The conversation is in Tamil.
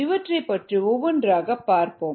இவற்றை பற்றி ஒவ்வொன்றாகப் பார்ப்போம்